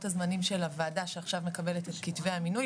הזמנים של הוועדה שעכשיו מקבלת את כתבי המינוי,